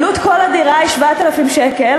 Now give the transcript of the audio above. עלות כל הדירה היא 7,000 שקל,